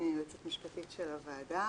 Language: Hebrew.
אני יועצת משפטית של הוועדה,